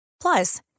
Plus